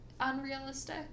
unrealistic